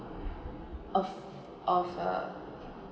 of of a